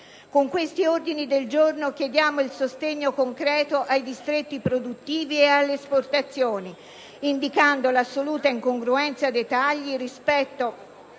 Con questi ordini del giorno chiediamo il sostegno concreto ai distretti produttivi e alle esportazioni, indicando l'assoluta incongruenza dei tagli rispetto